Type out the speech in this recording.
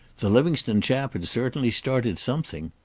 the livingstone chap had certainly started something.